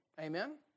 Amen